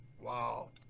Wow